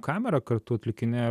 kamerą kartu atlikinėja